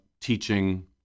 teaching